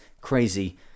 crazy